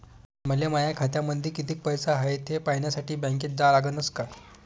मले माया खात्यामंदी कितीक पैसा हाय थे पायन्यासाठी बँकेत जा लागनच का?